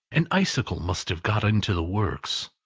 an icicle must have got into the works.